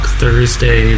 thursday